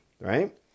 right